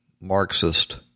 marxist